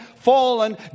fallen